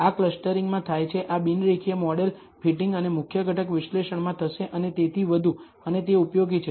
આ ક્લસ્ટરીંગમાં થાય છે આ બિન રેખીય મોડેલ ફિટિંગ અને મુખ્ય ઘટક વિશ્લેષણમાં થશે અને તેથી વધુ અને તે ઉપયોગી છે